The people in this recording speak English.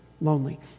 lonely